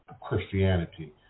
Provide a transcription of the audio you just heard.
Christianity